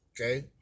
Okay